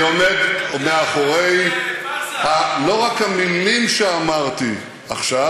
אני עומד לא רק מאחורי המילים שאמרתי עכשיו,